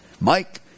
Mike